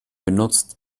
benutzt